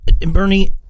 Bernie